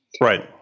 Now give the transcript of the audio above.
Right